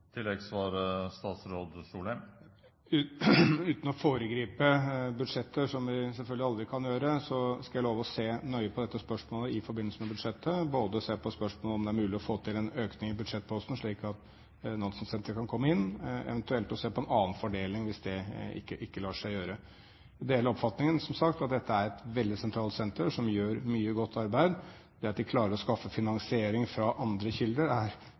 Uten å foregripe budsjetter, som vi selvfølgelig aldri kan gjøre, skal jeg love å se nøye på dette spørsmålet i forbindelse med budsjettet – både se om det er mulig å få til en økning i budsjettposten, slik at Nansensenteret kan komme inn, og eventuelt se på en annen fordeling hvis det ikke lar seg gjøre. Jeg deler oppfatningen, som sagt, av at dette er et veldig sentralt senter som gjør mye godt arbeid. Det at de klarer å skaffe finansiering fra andre kilder,